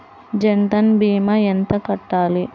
జన్ధన్ భీమా ఎంత కట్టాలి?